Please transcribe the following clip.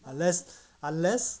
unless unless